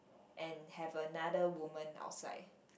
and have another woman outside